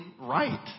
right